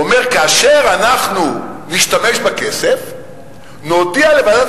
הוא אומר: כאשר אנחנו נשתמש בכסף נודיע לוועדת